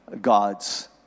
God's